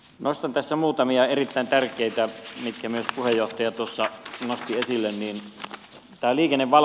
nostan tässä muutamia erittäin tärkeitä asioita mitkä myös puheenjohtaja nosti esille